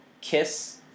kiss